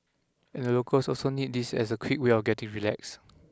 and the locals also need this as a quick way of getting relax